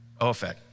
Ophet